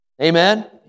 Amen